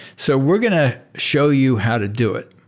so we're going to show you how to do it.